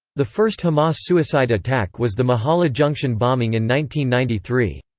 the first hamas suicide attack was the mehola junction bombing and ninety ninety three.